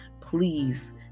Please